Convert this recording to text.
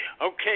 Okay